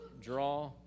Draw